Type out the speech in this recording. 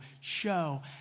show